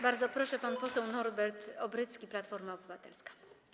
Bardzo proszę, pan poseł Norbert Obrycki, Platforma Obywatelska.